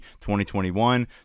2021